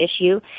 issue